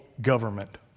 government